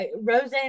Roseanne